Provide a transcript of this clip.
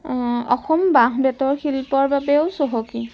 অসম অসম বাঁহ বেতৰ শিল্পৰ বাবেও চহকী